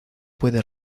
puede